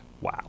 wow